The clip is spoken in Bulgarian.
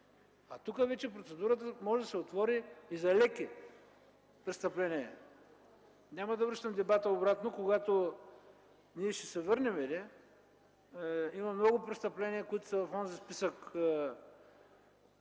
Тук вече процедурата може да се отвори – и за леки престъпления. Няма да връщам дебата обратно – ние ще се върнем, има много престъпления, които са в онзи списък,